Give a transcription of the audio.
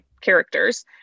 characters